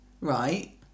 Right